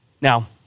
Now